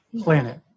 planet